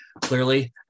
clearly